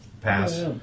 pass